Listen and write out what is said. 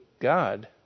God